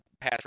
pass